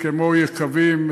כמו יקבים,